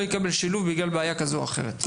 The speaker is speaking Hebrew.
לא יקבל שילוב בגלל בעיה כזו או אחרת.